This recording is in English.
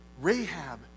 Rahab